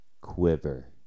quiver